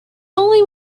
only